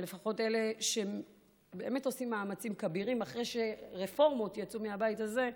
ולפחות אלה שבאמת עושים מאמצים כבירים אחרי שרפורמות יצאו מהבית הזה,